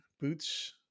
boots